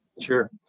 Sure